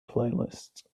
playlist